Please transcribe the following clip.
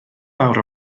fawr